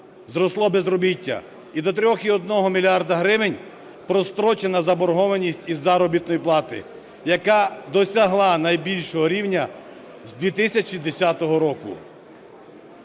зросло безробіття і до 3,1 мільярда гривень прострочена заборгованість із заробітної плати, яка досягла найбільшого рівня з 2010 року.